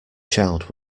child